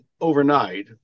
overnight